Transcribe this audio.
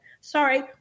Sorry